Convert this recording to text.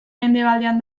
mendebaldean